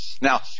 Now